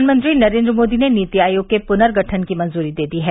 प्रधानमंत्री नरेन्द्र मोदी ने नीति आयोग के प्नर्गठन की मंजूरी दे दी है